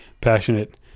passionate